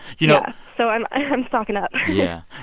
yeah so i'm i'm stocking up yeah.